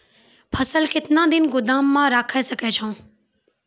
फसल केतना दिन गोदाम मे राखै सकै छौ?